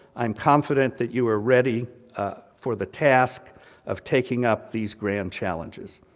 i'm confident that you are ready for the task of taking up these grand challenges.